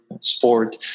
sport